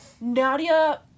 Nadia